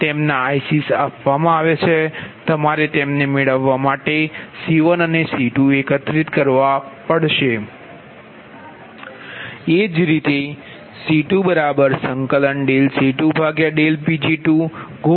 તેમના ICs આપવામાં આવે છે તમારે તેમને મેળવવા માટે C1અને C2 એકીકૃત કરવા પડશે એજ રીતે C20